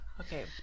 Okay